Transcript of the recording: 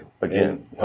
again